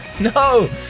no